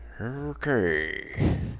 Okay